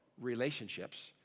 relationships